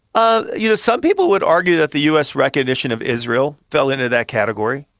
ah you know some people would argue that the us recognition of israel fell into that category.